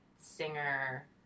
singer